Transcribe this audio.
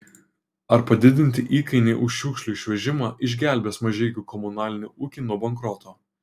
ar padidinti įkainiai už šiukšlių išvežimą išgelbės mažeikių komunalinį ūkį nuo bankroto